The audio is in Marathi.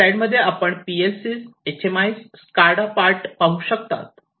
वर स्लाईड मध्ये आपण PLCS HMIS SCADA पार्ट पाहू शकतात